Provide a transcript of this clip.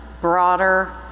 broader